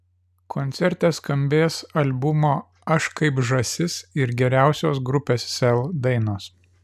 koncerte skambės albumo aš kaip žąsis ir geriausios grupės sel dainos